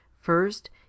First